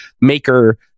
Maker